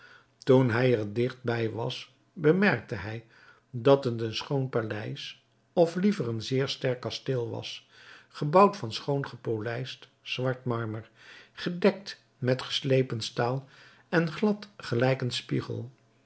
toen hij er digt bij was bemerkte hij dat het een schoon paleis of liever een zeer sterk kasteel was gebouwd van schoon gepolijst zwart marmer gedekt met geslepen staal en glad gelijk een spiegel